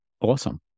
awesome